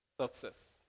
success